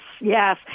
yes